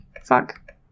Fuck